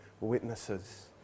witnesses